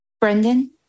Brendan